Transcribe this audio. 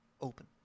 open